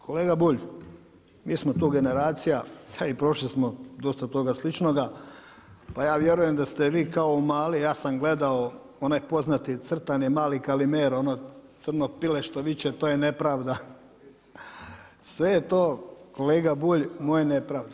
Kolega Bulj, mi smo tu generacija, a i prošli smo dosta toga sličnoga, pa ja vjerujem da ste vi kao mali, ja sam gledao onaj poznati crtani Mali Kalimero, ono crno pile što viče „To je nepravda.“ Sve je to kolega Bulj, moj, nepravda.